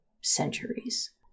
centuries